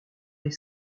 les